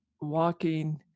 walking